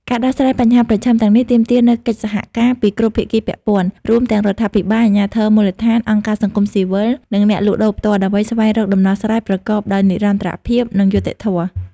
ការដោះស្រាយបញ្ហាប្រឈមទាំងនេះទាមទារនូវកិច្ចសហការពីគ្រប់ភាគីពាក់ព័ន្ធ រួមទាំងរដ្ឋាភិបាល អាជ្ញាធរមូលដ្ឋាន អង្គការសង្គមស៊ីវិល និងអ្នកលក់ដូរផ្ទាល់ ដើម្បីស្វែងរកដំណោះស្រាយប្រកបដោយនិរន្តរភាព និងយុត្តិធម៌ ។